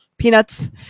peanuts